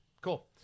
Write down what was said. cool